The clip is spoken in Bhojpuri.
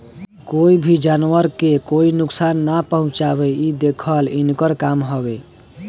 कोई भी जानवर के कोई नुकसान ना पहुँचावे इ देखल इनकर काम हवे